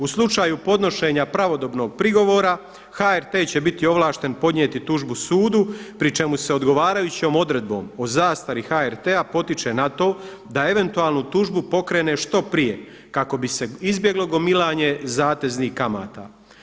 U slučaju podnošenja pravodobnog prigovora HRT će biti ovlašten podnijeti tužbu sudu, pri čemu se odgovarajućom odredbom o zastari HRT-a potiče na to da eventualnu tužbu pokrene što prije kako bi se izbjeglo gomilanje zateznih kamata.